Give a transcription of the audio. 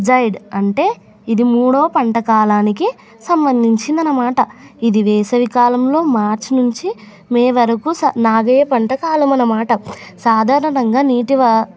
జైడ్ అంటే ఇది మూడో పంటకాలానికి సంబంధించింది అన్నమాట ఇది వేసవికాలంలో మార్చి నుంచి మే వరకు నాటే పంట కాలం అన్నమాట సాధారణంగా నీటి